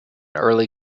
early